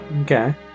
Okay